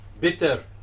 bitter